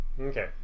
Okay